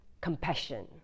compassion